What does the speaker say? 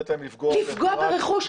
לפגוע ברכוש?